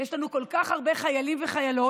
יש לנו כל כך הרבה חיילים וחיילות